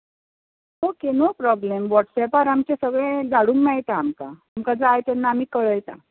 okay no problem वॉट्सेपार आमचें सगळें धाडूंक मेळटा आमकां तुमकां जाय तेन्ना आमी कळयता